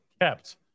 kept